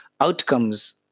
outcomes